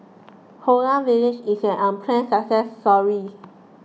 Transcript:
Holland Village is an unplanned success story